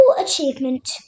achievement